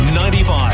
95